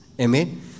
Amen